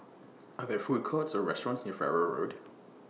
Are There Food Courts Or restaurants near Farrer Road